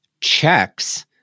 checks